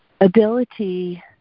ability